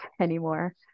anymore